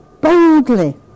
boldly